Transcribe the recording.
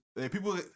People